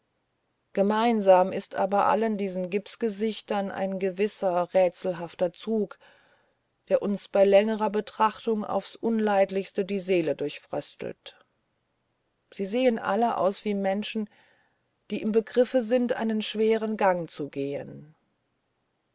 gemeinsam ist aber allen diesen gipsgesichtern ein gewisser rätselhafter zug der uns bei längerer betrachtung aufs unleidlichste die seele durchfröstelt sie sehen alle aus wie menschen die im begriffe sind einen schweren gang zu gehen